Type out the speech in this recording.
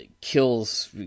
kills